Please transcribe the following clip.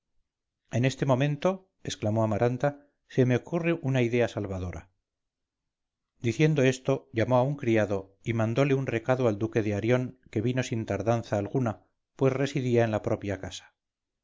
en este momento exclamó amaranta se me ocurre una idea salvadora diciendo esto llamo a un criado y mandole un recado al duque de arión que vino sin tardanza alguna pues residía en la propia casa